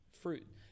fruit